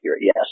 yes